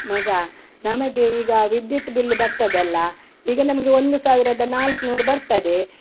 ಮಗ ನಮಗೆ ಈಗ ವಿದ್ಯುತ್ ಬಿಲ್ ಬರ್ತದಲ್ಲ ಈಗ ನಮಗೆ ಒಂದು ಸಾವಿರದ ನಾಲ್ಕುನೂರು ಬರ್ತದೆ